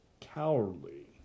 cowardly